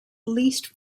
least